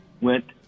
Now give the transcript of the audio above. went